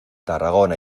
tarragona